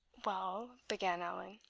well, began allan,